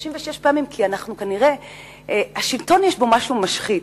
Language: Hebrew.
36 פעמים, כי כנראה בשלטון יש משהו משחית.